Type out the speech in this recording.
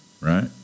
Right